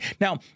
Now